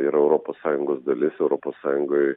yra europos sąjungos dalis europos sąjungoj